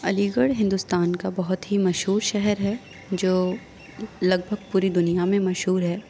علی گڑھ ہندوستان کا بہت ہی مشہور شہر ہے جو لگ بھگ پوری دنیا میں مشہور ہے